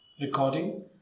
recording